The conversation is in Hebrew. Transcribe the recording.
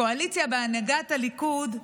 קואליציה בהנהגת הליכוד,